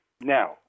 Now